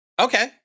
Okay